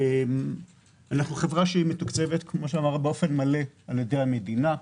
אנחנו חברה שמתוקצבת באופן מלא על ידי המדינה.